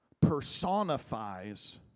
personifies